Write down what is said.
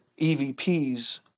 EVPs